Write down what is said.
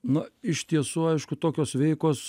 na iš tiesų aišku tokios veikos